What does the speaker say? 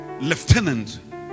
lieutenant